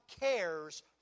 cares